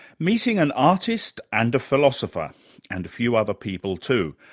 meeting an artist and a philosopher and a few other people too.